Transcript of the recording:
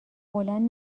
بلند